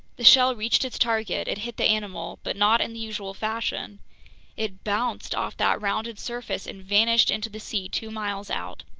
the shell reached its target it hit the animal, but not in the usual fashion it bounced off that rounded surface and vanished into the sea two miles out.